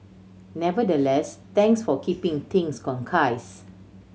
nevertheless thanks for keeping things concise